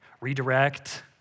redirect